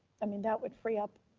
i mean, that would free up